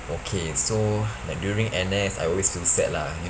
okay so like during N_S I always feel sad lah you